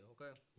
okay